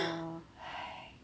ya !hais!